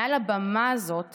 מעל הבמה הזאת